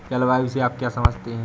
जलवायु से आप क्या समझते हैं?